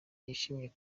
yishimiye